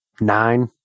nine